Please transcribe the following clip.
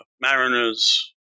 mariners